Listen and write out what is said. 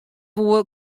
woe